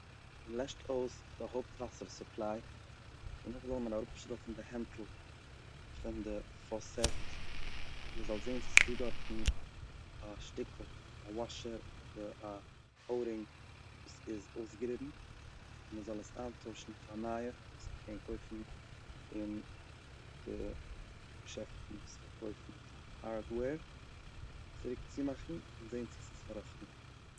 מ'לעשט אויס די הויפט וואסער סופליי, דערנאך זאל מען אראפשרויפן די הענטל פון די פאוסעט, מען זאל זען צו עס איז דא דארטן א שטיקל - א וואשער אדער א אורינג וואס איז אויסגעריבן מ'זאל עס איינטוישן אויף א נייע וואס מ'קען קויפן אין די געשעפטן וואס פארקויפן הארדווער, צוריק צומאכן און זען צו עס איז פארראכטן.